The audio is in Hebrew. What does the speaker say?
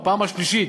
בפעם השלישית,